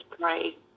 pray